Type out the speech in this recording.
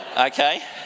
Okay